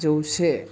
जौसे